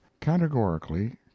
categorically